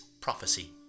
prophecy